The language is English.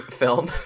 film